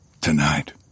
tonight